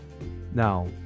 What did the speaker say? Now